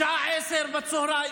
בשעה 10:00,